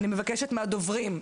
אני מבקשת מהדוברים,